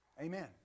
Amen